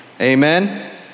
amen